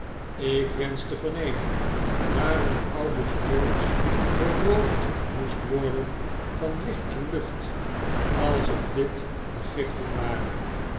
ik wensch te vernemen waarom august george beroofd moest worden van licht en lucht alsof dit vergiften waren